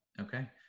Okay